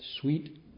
sweet